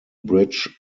bridge